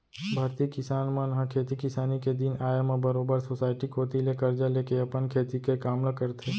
भारतीय किसान मन ह खेती किसानी के दिन आय म बरोबर सोसाइटी कोती ले करजा लेके अपन खेती के काम ल करथे